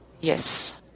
Yes